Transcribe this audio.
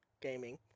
gaming